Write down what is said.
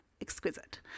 exquisite